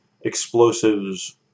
explosives